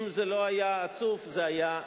אם זה לא היה עצוב זה היה מצחיק.